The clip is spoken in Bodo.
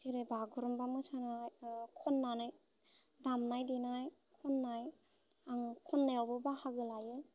जेरै बागुरुमबा मोसानाय खन्नानै दामनाय देनाय खन्नाय आङो खन्नायावबो बाहागो लायो